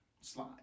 slide